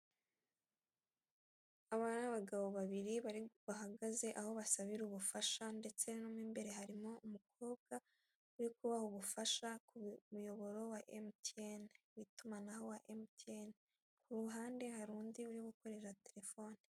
Aba ni abagabo babiri bahagaze aho basabira ubufasha ndetse na mo imbere harimo umukobwa uri kubaha ubufasha ku muyoboro wa MTN w'itumanaho wa MTN, ku ruhande hari undi uri gukoresha telefoni.